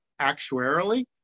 actuarially